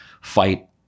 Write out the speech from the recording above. fight